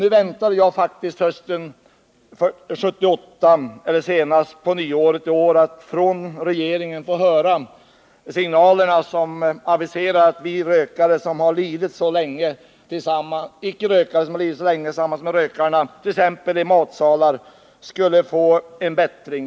Nu väntade jag faktiskt under hösten 1978 eller senast på nyåret i år att från regeringen få höra de signaler som skulle avisera att vi icke-rökare som lidit så länge tillsammans med rökarna, t.ex. i matsalar, skulle få se en bättring.